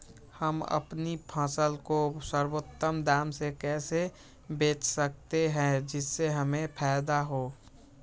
हम अपनी फसल को सर्वोत्तम दाम में कैसे बेच सकते हैं जिससे हमें फायदा हो?